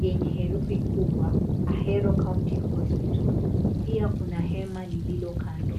yenye herufi kubwa Ahero County Hospital, pia kuna hema lililo kando.